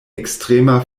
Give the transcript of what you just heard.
ekstrema